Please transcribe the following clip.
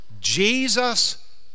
Jesus